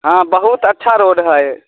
हँ बहुत अच्छा रोड है